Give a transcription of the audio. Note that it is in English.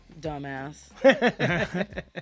Dumbass